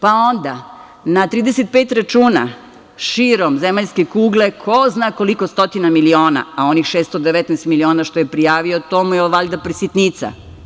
Pa, onda, na 35 računa širom zemaljske kugle ko zna koliko stotina miliona, a onih 619.000.000 što je prijavio, to mu je valjda sitnica.